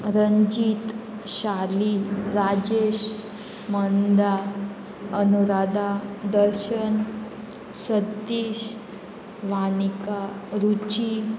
Ranjit Shali Rajesh Manda Anu Dada Darshan Satish Vanika Ruchi